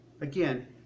Again